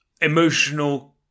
emotional